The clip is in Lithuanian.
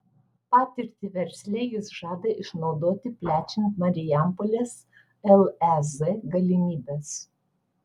patirtį versle jis žada išnaudoti plečiant marijampolės lez galimybes